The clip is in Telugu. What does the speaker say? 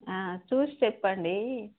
చూసి చెప్పండి